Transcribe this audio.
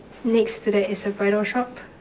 next to that is a bridal shop